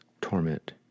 torment